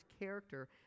character